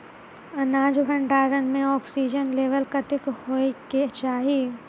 अनाज भण्डारण म ऑक्सीजन लेवल कतेक होइ कऽ चाहि?